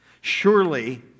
Surely